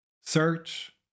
search